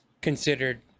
considered